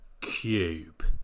cube